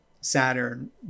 saturn